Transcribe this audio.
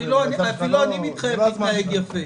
אפילו אני מתחייב להתנהג יפה.